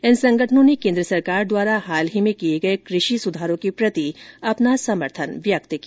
इन संगठनों ने केन्द्र सरकार द्वारा हाल में किए गए कृषि सुधारों के प्रति अपना समर्थन व्यक्त किया